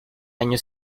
año